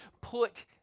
put